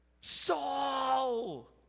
Saul